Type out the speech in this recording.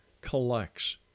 collects